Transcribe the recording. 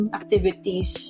activities